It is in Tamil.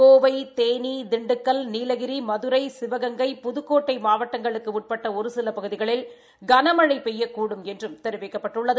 கோவை தேனி திண்டுக்கல் நீலகிரி மதுரை சிவகங்கை புதுக்கோட்டை மாவட்டங்களுக்கு உட்பட்ட ஒருசில பகுதிகளில் கனமழை பெய்யக்கூடும் என்றும் தெரிவிக்கப்பட்டுள்ளது